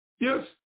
Yes